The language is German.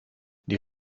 die